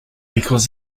because